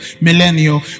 millennial